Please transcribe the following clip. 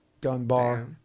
Dunbar